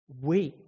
weak